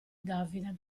davide